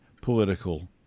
political